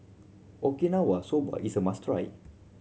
Okinawa Soba is a must try